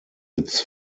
its